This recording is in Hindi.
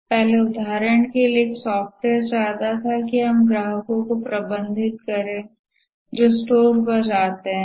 पहले उदाहरण के लिए एक सॉफ्टवेयर चाहता था कि हम ग्राहकों को प्रबंधित करें जो स्टोर पर जाते हैं